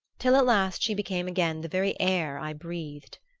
till at last she became again the very air i breathed.